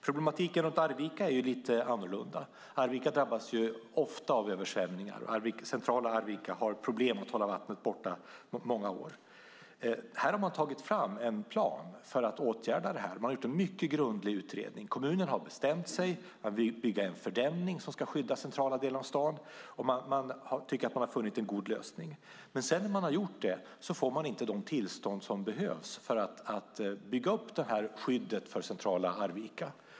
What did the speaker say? Problemet i Arvika är lite annorlunda. Arvika drabbas ofta av översvämningar. I centrala Arvika har man i många år haft problem med att hålla vattnet borta. Man har tagit fram en plan för att åtgärda det. Man har gjort en mycket grundlig utredning. Kommunen har bestämt sig för att bygga en fördämning som ska skydda centrala delar av staden. Man tycker att man har funnit en god lösning. Nu får man inte de tillstånd som behövs för att bygga upp ett skydd för centrala Arvika.